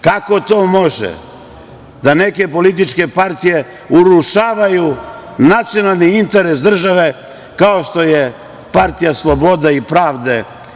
Kako to mogu neke političke partije da urušavaju nacionalni interes države, kao što je Partija slobode i pravde?